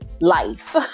life